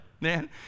man